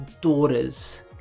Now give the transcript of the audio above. daughters